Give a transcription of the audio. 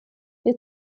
wir